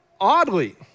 oddly